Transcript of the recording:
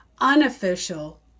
unofficial